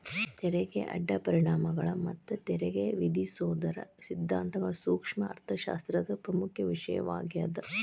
ತೆರಿಗೆಯ ಅಡ್ಡ ಪರಿಣಾಮಗಳ ಮತ್ತ ತೆರಿಗೆ ವಿಧಿಸೋದರ ಸಿದ್ಧಾಂತಗಳ ಸೂಕ್ಷ್ಮ ಅರ್ಥಶಾಸ್ತ್ರದಾಗ ಪ್ರಮುಖ ವಿಷಯವಾಗ್ಯಾದ